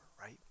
right